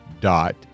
Dot